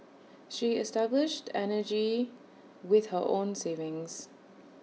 she established energy with her own savings